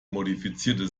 modifizierte